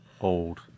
old